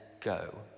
go